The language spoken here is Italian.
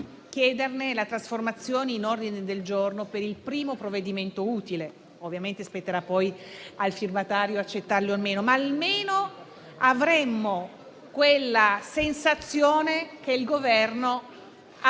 chieda la trasformazione in ordine del giorno per il primo provvedimento utile. Ovviamente spetterà poi al firmatario accettare o meno, ma almeno avremmo la sensazione che il Governo ha